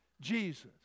Jesus